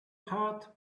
heart